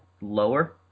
lower